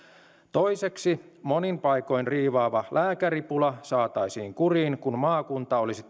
toiseksi monin paikoin riivaava lääkäripula saataisiin kuriin kun maakunta olisi